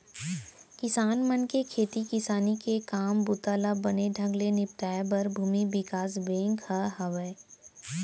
किसान मन के खेती किसानी के काम बूता ल बने ढंग ले निपटाए बर भूमि बिकास बेंक ह हावय